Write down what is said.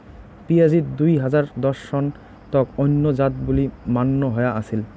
পিঁয়াজিত দুই হাজার দশ সন তক অইন্য জাত বুলি মান্য হয়া আছিল